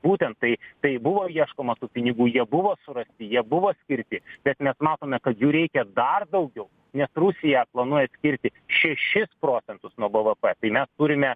būtent tai tai buvo ieškoma tų pinigų jie buvo surasti jie buvo skirti bet mes matome kad jų reikia dar daugiau nes rusija planuoja skirti šešis procentus nuo b v p tai mes turime